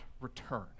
return